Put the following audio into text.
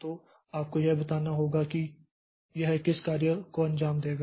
तो आपको यह बताना होगा कि यह किस कार्य को अंजाम देगा